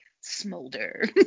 smolder